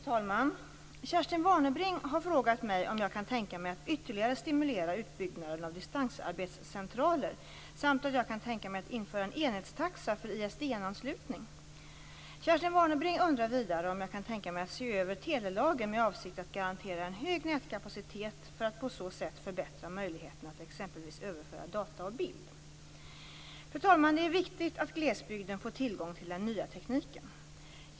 Fru talman! Kerstin Warnerbring har frågat mig om jag kan tänka mig att ytterligare stimulera utbyggnaden av distansarbetscentraler samt om jag kan tänka mig att införa en enhetstaxa för ISDN-anslutning. Kerstin Warnerbring undrar vidare om jag kan tänka mig att se över telelagen med avsikt att garantera en hög nätkapacitet för att på så sätt förbättra möjligheterna att exempelvis överföra data och bild. Fru talman! Det är viktigt att glesbygden får tillgång till den nya tekniken.